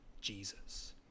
Jesus